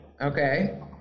Okay